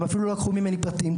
הם אפילו לא לקחו ממני פרטים.